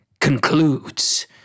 concludes